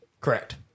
Correct